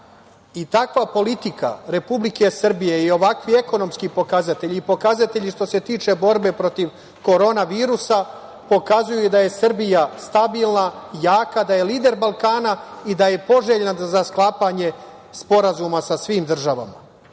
Takva politika Republike Srbije i ovakvi ekonomski pokazatelji i pokazatelji što se tiče borbe protiv korona virusa pokazuju da je Srbija stabilna, jaka, da je lider Balkana i da je poželjna za sklapanje sporazuma sa svim državama